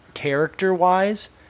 Character-wise